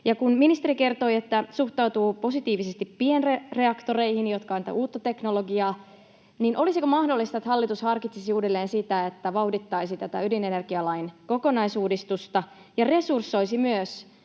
kun ministeri kertoi, että suhtautuu positiivisesti pienreaktoreihin, jotka ovat sitä uutta teknologiaa, niin olisiko mahdollista, että hallitus harkitsisi uudelleen sitä, että vauhdittaisi tätä ydinenergialain kokonaisuudistusta ja resursoisi myös?